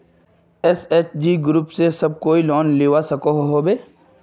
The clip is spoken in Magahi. एस.एच.जी ग्रूप से सब कोई लोन लुबा सकोहो होबे?